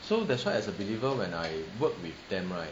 so that's why as a believer when I work with them right